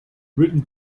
written